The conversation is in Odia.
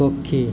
ପକ୍ଷୀ